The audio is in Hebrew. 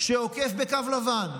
שעוקף על קו לבן,